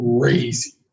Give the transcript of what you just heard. crazy